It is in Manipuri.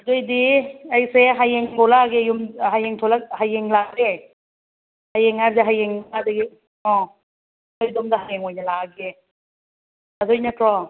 ꯑꯗꯨꯑꯣꯏꯗꯤ ꯑꯩꯁꯦ ꯍꯌꯦꯡ ꯊꯣꯂꯛꯑꯒꯦ ꯌꯨꯝ ꯍꯌꯦꯡ ꯊꯣꯂꯛ ꯍꯌꯦꯡ ꯂꯥꯛꯀꯦ ꯍꯌꯦꯡ ꯍꯥꯏꯕꯁꯦ ꯍꯌꯦꯡ ꯑꯗꯒꯤ ꯑꯥ ꯑꯩ ꯑꯗꯨꯝ ꯍꯌꯦꯡ ꯑꯣꯏꯅ ꯂꯥꯛꯑꯒꯦ ꯑꯗꯣ ꯑꯩꯅꯀꯣ